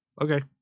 Okay